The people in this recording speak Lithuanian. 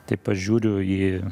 taip aš žiūriu į